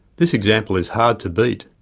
this example is hard to beat.